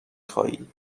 خوایی